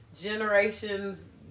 generations